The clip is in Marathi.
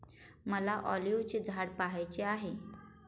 मला ऑलिव्हचे झाड पहायचे आहे